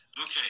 Okay